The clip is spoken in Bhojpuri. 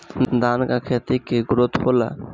धान का खेती के ग्रोथ होला?